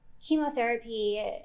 Chemotherapy